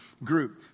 Group